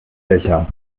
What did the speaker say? löcher